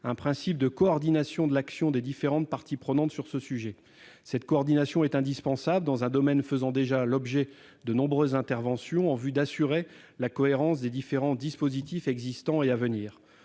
un principe de coordination de l'action des différentes parties prenantes sur ce sujet. Cette coordination est indispensable, dans un domaine faisant déjà l'objet de nombreuses interventions, en vue d'assurer la cohérence des dispositifs existants et à venir.